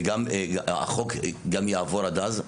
שהחוק גם יעבור עד אז.